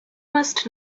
must